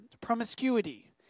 promiscuity